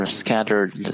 scattered